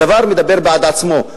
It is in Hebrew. הדבר מדבר בעד עצמו,